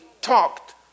talked